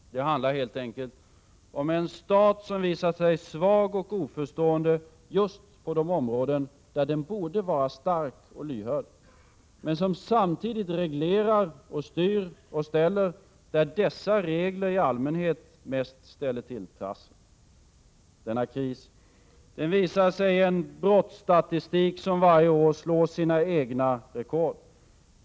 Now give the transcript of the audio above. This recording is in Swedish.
Det handlar helt enkelt om en stat, som visat sig svag och oförstående just på de områden där den borde vara stark och lyhörd. Samtidigt reglerar den och styr och ställer där reglerna i allmänhet mest ställer till trassel. Denna kris visar sig i en brottsstatistik, som varje år slår sina egna rekord.